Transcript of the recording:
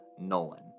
Nolan